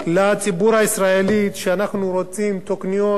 אנחנו רוצים תוכניות חשובות,